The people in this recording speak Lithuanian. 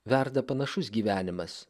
verda panašus gyvenimas